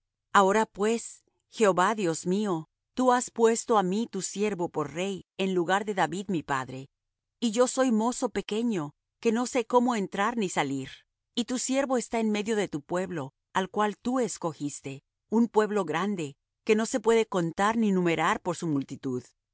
ahora pues jehová dios mío tú has puesto á mí tu siervo por rey en lugar de david mi padre y yo soy mozo pequeño que no sé cómo entrar ni salir y tu siervo está en medio de tu pueblo al cual tú escogiste un pueblo grande que no se puede contar ni numerar por su multitud